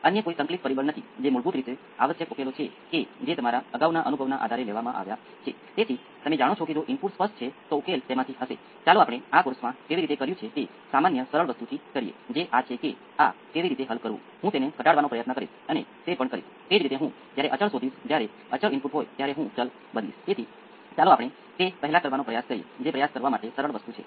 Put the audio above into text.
તેથી iL of t એ c × તેનો સમય સાથેનું વિકલન થશે જે A 1 A2 t × p 1 exponential p 1 t છે આ એક ચેઇન રૂલ છે જે તેના આ ભાગમાં પ્રથમ વખત વિકલન A 2 × એક્સ્પોનેંસિયલ p1t છે